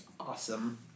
Awesome